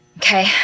Okay